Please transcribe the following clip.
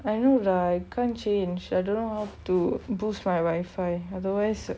I know lah I can't change I don't know how to boost my Wi-Fi otherwise